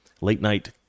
late-night